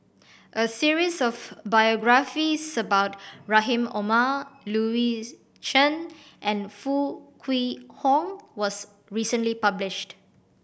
a series of biographies about Rahim Omar Louis Chen and Foo Kwee Horng was recently published